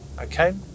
okay